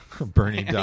Bernie